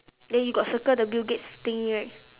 then you got circle the bill-gates thingy right